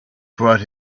brought